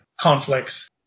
conflicts